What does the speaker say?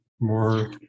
more